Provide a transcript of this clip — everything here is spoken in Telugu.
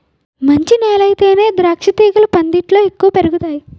మంచి నేలయితేనే ద్రాక్షతీగలు పందిట్లో ఎక్కువ పెరుగతాయ్